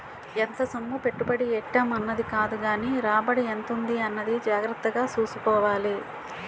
ఎంత సొమ్ము పెట్టుబడి ఎట్టేం అన్నది కాదుగానీ రాబడి ఎంతుంది అన్నది జాగ్రత్తగా సూసుకోవాలి